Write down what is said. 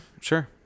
Sure